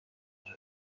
آنجا